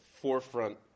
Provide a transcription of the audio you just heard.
forefront